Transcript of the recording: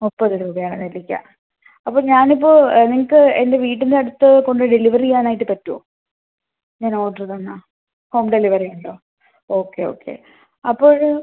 മുപ്പത് രൂപയാണ് നെല്ലിക്ക അപ്പോൾ ഞാൻ ഇപ്പോൾ നിങ്ങൾക്ക് എൻ്റെ വീട്ടിൻ്റെ അടുത്ത് കൊണ്ടുപോയി ഡെലിവർ ചെയ്യാനായിട്ട് പറ്റുമോ ഞാൻ ഓർഡറ് തന്നാൽ ഹോം ഡെലിവറിയുണ്ടോ ഓക്കെ ഓക്കെ അപ്പോൾ